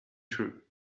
true